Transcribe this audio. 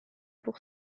pour